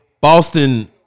Boston